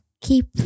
keep